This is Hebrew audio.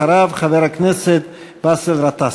אחריו, חבר הכנסת באסל גטאס.